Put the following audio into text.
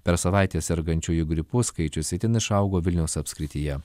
per savaitę sergančiųjų gripu skaičius itin išaugo vilniaus apskrityje